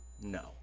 No